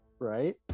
Right